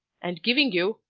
and giving you,